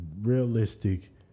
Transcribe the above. realistic